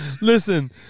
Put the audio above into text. Listen